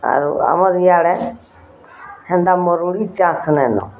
ଆରୁ ଆମର୍ ଇଆଡ଼େ ହେନ୍ତା ମରୁଡ଼ି ଚାଷ୍ ନାଇଁନ